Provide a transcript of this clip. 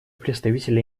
представителя